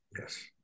yes